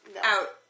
out